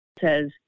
says